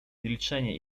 milczenie